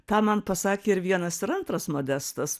tą man pasakė ir vienas ir antras modestas